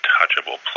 untouchable